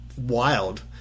Wild